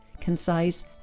concise